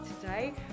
today